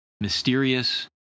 mysterious